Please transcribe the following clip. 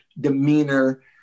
demeanor